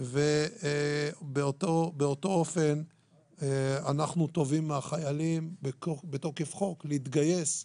ובאותו אופן אנחנו תובעים מהחיילים בתוקף חוק להתגייס לשרת,